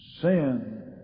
Sin